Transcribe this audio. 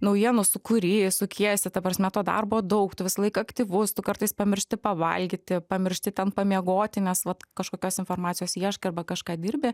naujienų sūkury sukiesi ta prasme to darbo daug visąlaik aktyvus tu kartais pamiršti pavalgyti pamiršti ten pamiegoti nes vat kažkokios informacijos ieškai arba kažką dirbi